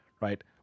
Right